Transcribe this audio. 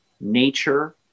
nature